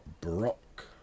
Brock